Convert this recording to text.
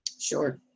sure